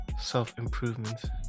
self-improvement